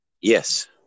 Yes